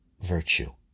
virtue